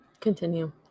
Continue